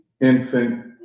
infant